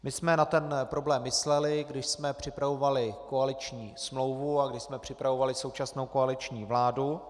My jsme na ten problém mysleli, když jsme připravovali koaliční smlouvu a když jsme připravovali současnou koaliční vládu.